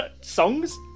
songs